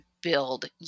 build